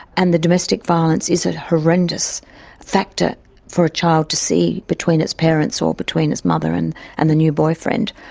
and the domestic violence is a horrendous factor for a child to see between its parents or between its mother and and the new boyfriend,